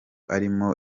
arimo